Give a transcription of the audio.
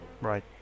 Right